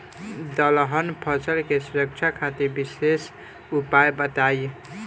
दलहन फसल के सुरक्षा खातिर विशेष उपाय बताई?